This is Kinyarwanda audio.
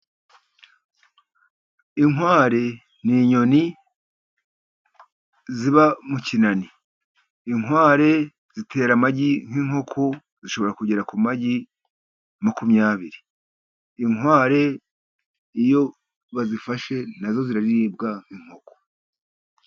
Inkware ni inyoni ziba mu kinani, inkware zitera amagi nk'inkoko zishobora kugera ku magi makumyabiri, inkware iyo bazifashe nazo ziraribwa nk'inkoko.